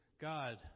God